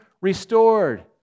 restored